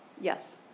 Yes